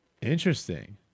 Interesting